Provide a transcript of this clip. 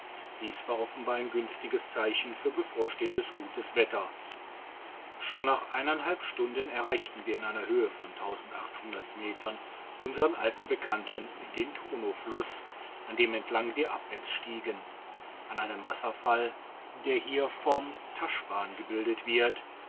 dies war offenbar ein günstiges zeichen für bevorstehendes gutes wetter schon nach stunden erreichten wir in einer höhe von metern unseren digitized by google alten bekannten den tonofluss an dem entlang wir abwärts stiegen an einem wasserfall der hier vom tashban gebildet wird